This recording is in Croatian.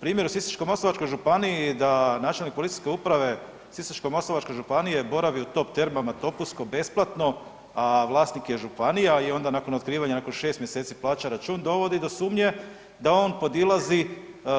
Primjer u Sisačko-moslavačkoj županiji da načelnik Policijske uprave Sisačko-moslavačke županije boravi u Top-Termama Topusko besplatno, a vlasnik je županija i onda nakon otkrivanja nakon 6 mjeseci plaća račun dovodi do sumnje da on podilazi